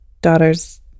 daughter's